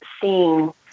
seeing